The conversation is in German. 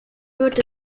wird